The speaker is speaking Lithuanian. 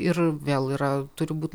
ir vėl yra turi būt